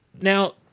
Now